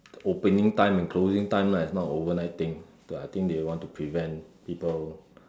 the opening time and closing time lah it's not overnight thing so I think they want to prevent people